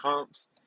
comps